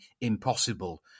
impossible